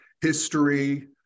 history